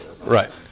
Right